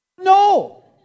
No